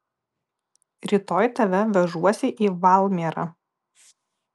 rytoj tave vežuosi į valmierą